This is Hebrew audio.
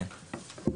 כן.